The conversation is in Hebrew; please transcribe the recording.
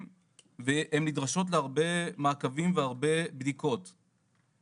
והן נדרשות להרבה מעקבים והרבה יותר בדיקות..",